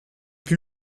plus